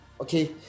okay